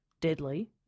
deadly